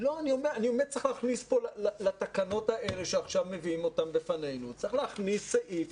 צריך להכניס לתקנות המובאות בפנינו סעיף,